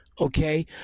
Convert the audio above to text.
okay